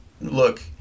look